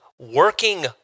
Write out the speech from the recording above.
working